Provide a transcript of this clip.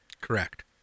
Correct